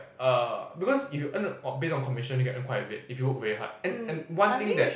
uh because if you earn based on commission you can earn quite a bit if you work very hard and one thing that